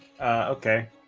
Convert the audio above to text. Okay